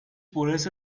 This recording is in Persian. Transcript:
برس